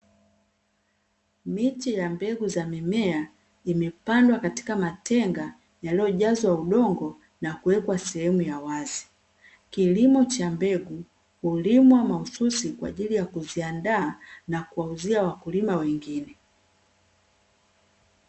Miche ya mbegu za mimea imepandwa katika matenga yaliyojazwa udongo, na kuwekwa sehemu ya wazi. Kilimo cha mbegu hulimwa mahususi kwa ajili ya kuziandaa, na kuwauzia wakulima wengine.